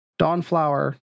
Dawnflower